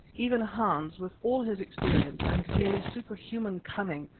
even hans, with all his experience and nearly superhuman cunning,